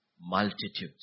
multitudes